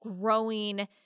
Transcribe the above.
growing